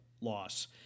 loss